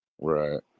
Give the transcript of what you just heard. Right